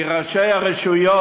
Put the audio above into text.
כי ראשי הרשויות,